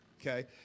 Okay